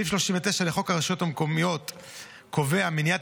סעיף 39א לחוק הרשויות המקומיות (בחירות) קובע מניעת